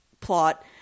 plot